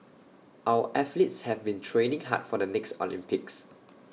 our athletes have been training hard for the next Olympics